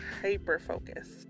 hyper-focused